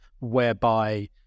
whereby